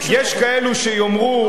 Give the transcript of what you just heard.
יש כאלו שיאמרו,